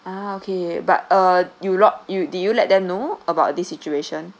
ah okay but uh you lodge you did you let them know about this situation